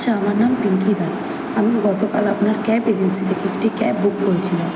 আচ্ছা আমার নাম পিঙ্কি দাস আমি গতকাল আপনার ক্যাব এজেন্সি থেকে একটি ক্যাব বুক করেছিলাম